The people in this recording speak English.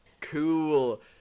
Cool